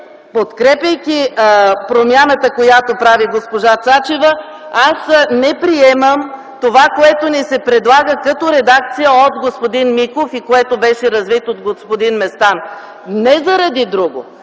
подкрепяйки промяната, която прави госпожа Цачева, аз не приемам това, което ни се предлага като редакция от господин Миков и което беше развито от господин Местан, не заради друго,